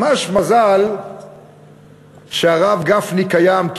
ממש מזל שהרב גפני קיים,